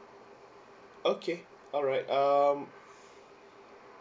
okay alright um